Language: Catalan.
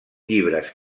llibres